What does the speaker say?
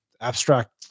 abstract